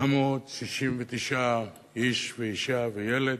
769 איש ואשה וילד,